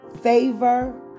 favor